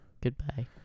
Goodbye